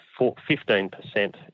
15%